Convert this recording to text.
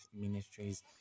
Ministries